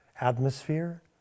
Atmosphere